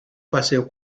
paseo